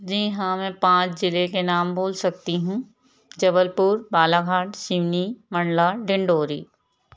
जी हाँ में पाँच जिले के नाम बोल सकती हूँ जबलपुर बालाघाट सिवनी मंडला डिंडोरी